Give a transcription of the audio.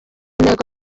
intego